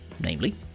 Namely